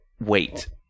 wait